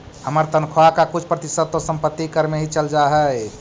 हमर तनख्वा का कुछ प्रतिशत तो संपत्ति कर में ही चल जा हई